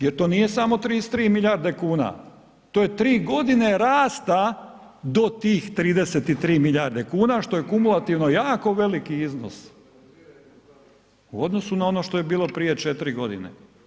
Jer to nije samo 33 milijarde kuna, to je tri godine rasta do tih 33 milijarde kuna što je kumulativno jako veliki iznos u odnosu na ono što je bilo prije četiri godine.